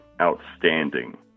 outstanding